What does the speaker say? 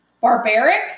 barbaric